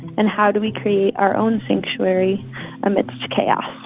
and how do we create our own sanctuary amidst chaos?